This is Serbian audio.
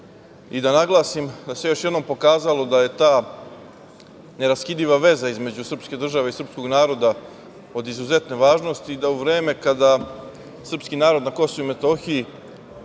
i da naglasim, da se još jednom pokazalo da je ta neraskidiva veza između srpske države i srpskog naroda od izuzetne važnosti, da u vreme kada srpski narod na KiM trpi